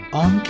on